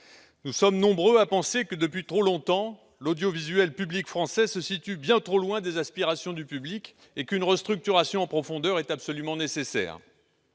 Nous sommes nombreux à penser que, depuis trop longtemps, l'audiovisuel public français se situe bien trop loin des aspirations du public et qu'une restructuration en profondeur est absolument nécessaire.